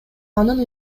анын